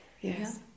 Yes